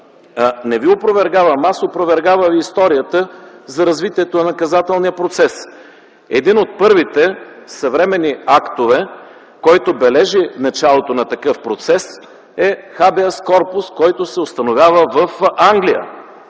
Не Ви опровергавам, аз опровергавам историята за развитието на наказателния процес. Един от първите съвременни актове, който бележи началото на такъв процес е habeas corpus, който се установява в Англия